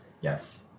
yes